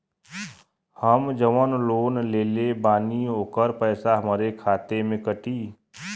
हम जवन लोन लेले बानी होकर पैसा हमरे खाते से कटी?